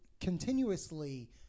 continuously